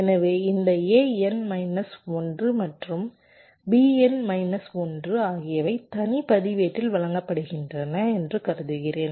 எனவே இந்த An minus 1 மற்றும் Bn மைனஸ் 1 ஆகியவை தனி பதிவேட்டில் வழங்கப்படுகின்றன என்று கருதுகிறேன்